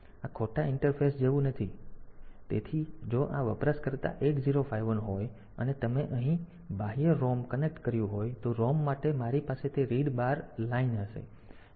તેથી આ ખોટા ઇન્ટરફેસ જેવું જ છે તેથી જો આ વપરાશકર્તા 8051 હોય અને તમે અહીં બાહ્ય ROM કનેક્ટ કર્યું હોય તો ROM માટે મારી પાસે તે રીડ બાર લાઇન હશે